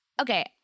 Okay